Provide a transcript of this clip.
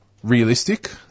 Realistic